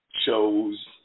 shows